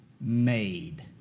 Made